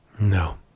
No